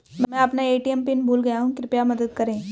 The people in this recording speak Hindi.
मैं अपना ए.टी.एम पिन भूल गया हूँ कृपया मदद करें